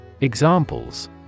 Examples